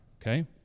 Okay